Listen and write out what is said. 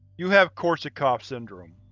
you have korsakoff syndrome,